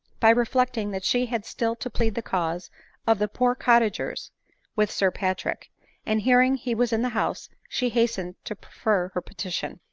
by re flecting that she had still to plead the cause of the poor cottagers with sir patrick and hearing he was in the house, she hastened to prefer her petition.